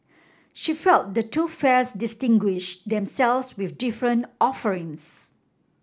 she felt the two fairs distinguish themselves with different offerings